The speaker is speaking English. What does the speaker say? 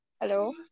Hello